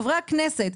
חברי הכנסת,